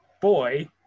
boy